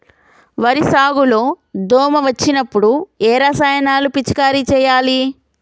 వరి సాగు లో దోమ వచ్చినప్పుడు ఏ రసాయనాలు పిచికారీ చేయాలి?